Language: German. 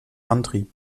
antrieb